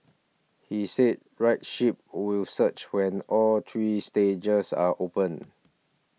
he said rideship will surge when all three stages are open